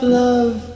love